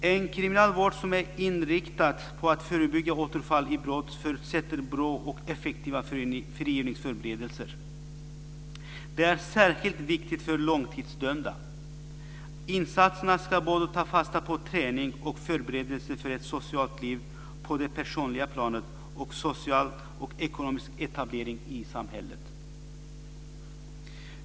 En kriminalvård som är inriktad på att förebygga återfall i brott förutsätter bra och effektiva frigivningsförberedelser. Det är särskilt viktigt för långtidsdömda. Insatserna ska både ta fasta på träning och förberedelse för ett socialt liv på det personliga planet och social och ekonomisk etablering i samhället.